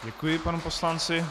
Děkuji panu poslanci.